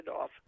off